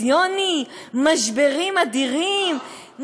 קואליציוני, משברים אדירים?